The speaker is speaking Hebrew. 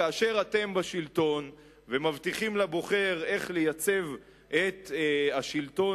כאשר אתם בשלטון אתם מבטיחים לבוחר איך לייצב את השלטון